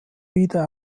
wieder